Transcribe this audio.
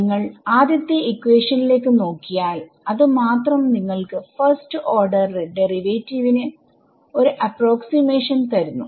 നിങ്ങൾ ആദ്യത്തെ ഇക്വേഷനിലേക്ക് നോക്കിയാൽ അത് മാത്രം നിങ്ങൾക്ക് first order derivative first order derivative ന് ഒരു അപ്രോക്സിമാഷൻ തരുന്നു